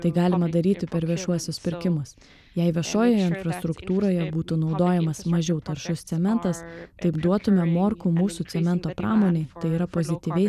tai galima daryti per viešuosius pirkimus jei viešojoje infrastruktūroje būtų naudojamas mažiau taršus cementas taip duotume morkų mūsų cemento pramonei tai yra pozityviai